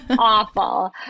awful